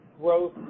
growth